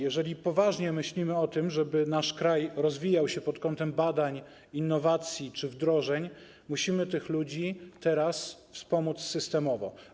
Jeżeli poważnie myślimy o tym, żeby nasz kraj rozwijał się pod kątem badań, innowacji czy wdrożeń, musimy tych ludzi teraz wspomóc systemowo.